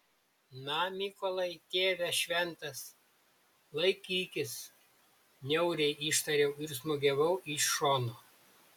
na mykolai tėve šventas laikykis niauriai ištariau ir smūgiavau iš šono